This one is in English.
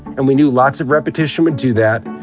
and we knew lots of repetition would do that.